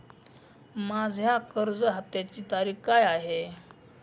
माझ्या कर्ज हफ्त्याची तारीख काय आहे?